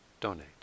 donate